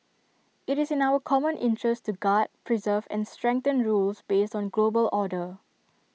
IT is in our common interest to guard preserve and strengthen rules based on global order